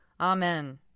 Amen